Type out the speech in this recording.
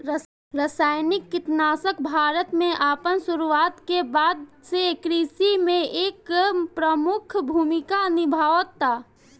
रासायनिक कीटनाशक भारत में अपन शुरुआत के बाद से कृषि में एक प्रमुख भूमिका निभावता